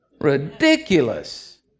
Ridiculous